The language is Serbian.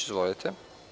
Izvolite.